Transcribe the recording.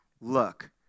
look